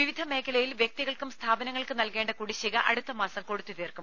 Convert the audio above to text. വിവിധ മേഖലയിൽ വ്യക്തികൾക്കും സ്ഥാപനങ്ങൾക്കും നൽകേണ്ട കുടിശ്ശിക അടുത്തമാസം കൊടുത്ത് തീർക്കും